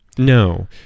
No